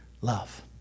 love